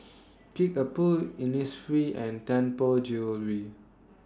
Kickapoo Innisfree and Tianpo Jewellery